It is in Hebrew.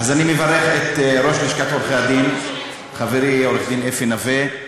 אני מברך את ראש לשכת עורכי-הדין חברי עורך-הדין אפי נוה,